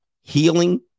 healing